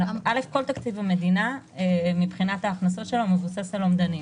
כל תקציב המדינה מבחינת ההכנסות שלו מבוסס על אומדנים.